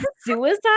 suicide